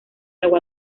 agua